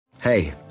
hey